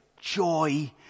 joy